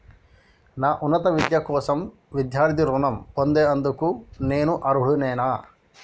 నా ఉన్నత విద్య కోసం విద్యార్థి రుణం పొందేందుకు నేను అర్హుడినేనా?